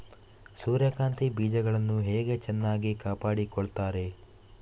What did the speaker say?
ಸೂರ್ಯಕಾಂತಿ ಬೀಜಗಳನ್ನು ಹೇಗೆ ಚೆನ್ನಾಗಿ ಕಾಪಾಡಿಕೊಳ್ತಾರೆ?